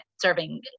serving